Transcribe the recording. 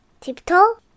Tiptoe